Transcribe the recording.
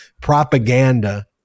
propaganda